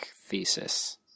thesis